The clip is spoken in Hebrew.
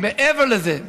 מעבר לזה,